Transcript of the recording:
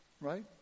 right